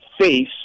face